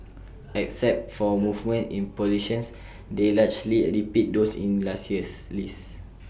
except for movements in positions they largely repeat those in last year's list